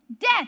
Death